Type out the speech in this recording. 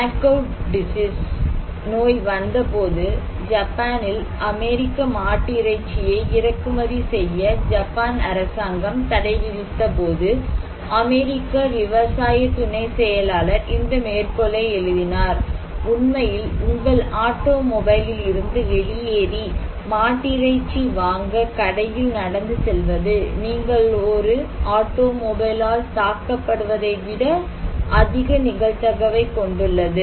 மட் கௌ நோய் வந்தபோது ஜப்பானில் அமெரிக்க மாட்டிறைச்சியை இறக்குமதி செய்ய ஜப்பான் அரசாங்கம் தடை விதித்தபோது அமெரிக்க விவசாய துணை செயலாளர் இந்த மேற்கோளை எழுதினார் "உண்மையில் உங்கள் ஆட்டோமொபைலில் இருந்து வெளியேறி மாட்டிறைச்சி வாங்க கடையில் நடந்து செல்வது நீங்கள் ஒரு ஆட்டோமொபைலால் தாக்கப்படுவதை விட அதிக நிகழ்தகவைக் கொண்டுள்ளது